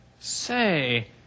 Say